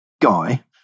guy